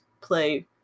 play